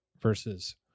versus